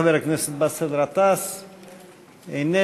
חבר הכנסת באסל גטאס, איננו.